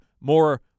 more